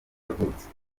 yavutse